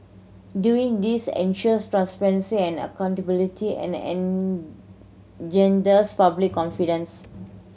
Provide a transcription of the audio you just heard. doing this ensures transparency and accountability and engenders public confidence